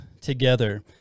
together